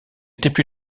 étaient